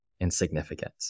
insignificant